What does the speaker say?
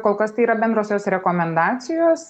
kol kas tai yra bendrosios rekomendacijos